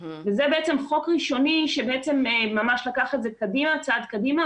וזה בעצם חוק ראשוני שממש לקח את זה צעד קדימה,